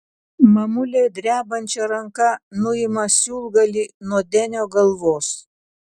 mamulė drebančia ranka nuima siūlgalį nuo denio galvos